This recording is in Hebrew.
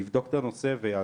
אבדוק את הנושא הנ"ל ואעדכן.